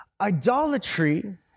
Idolatry